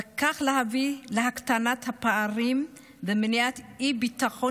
ובכך להביא להקטנת הפערים ומניעת אי-ביטחון